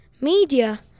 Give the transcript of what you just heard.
Media